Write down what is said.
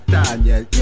Daniel